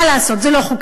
מה לעשות, זה לא חוקי.